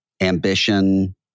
ambition